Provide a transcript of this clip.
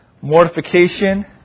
Mortification